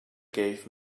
gave